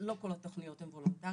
לא כל התוכניות הן וולונטריות.